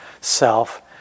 self